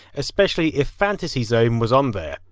especially if fantasy zone was on there.